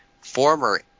former